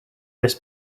this